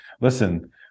listen